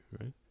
right